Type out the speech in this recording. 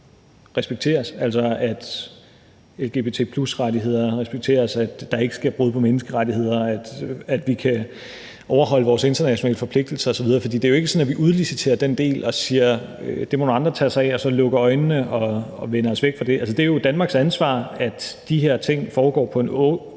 respekteres – altså at lgbt+-rettigheder respekteres, at der ikke sker brud på menneskerettighederne, og at vi kan overholde vores internationale forpligtelser osv. For det er jo ikke sådan, at vi udliciterer den del og siger, at det må nogle andre tage sig af, og så lukker øjnene og vender os væk fra det. Det er jo Danmarks ansvar, at de her ting foregår på en